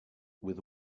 with